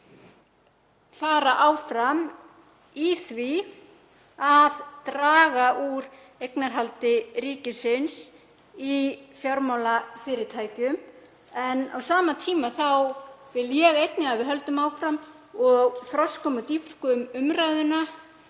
halda áfram í því að draga úr eignarhaldi ríkisins í fjármálafyrirtækjum. Á sama tíma vil ég einnig að við höldum áfram og þroskum og dýpkum umræðuna